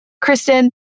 Kristen